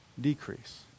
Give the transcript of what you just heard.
decrease